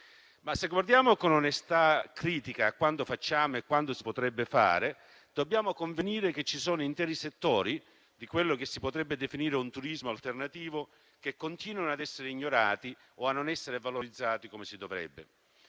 Se guardiamo con onestà critica a quanto facciamo e a quanto si potrebbe fare, dobbiamo convenire che ci sono interi settori di quello che si potrebbe definire un turismo alternativo che continuano a essere ignorati o a non essere valorizzati come si dovrebbe.